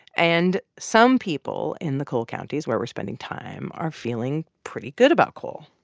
and some people in the coal counties where we're spending time are feeling pretty good about coal.